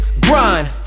grind